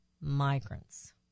migrants